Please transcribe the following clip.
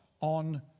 on